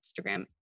Instagram